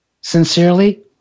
sincerely